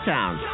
Town